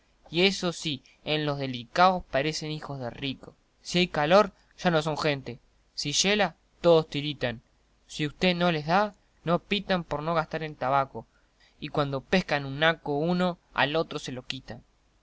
asaoy eso sí en lo delicaos parecen hijos de rico si hay calor ya no son gente si yela todos tiritan si usté no les da no pitan por no gastar en tabaco y cuando pescan un naco uno al otro se lo quitan